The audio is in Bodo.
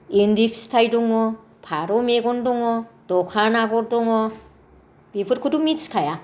इन्दि फिथाय दङ फारौ मेगन दङ दखान आगर दङ बेफोरखौथ' मिथिखाया